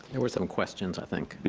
there were some questions, i think. yeah,